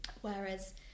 Whereas